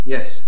Yes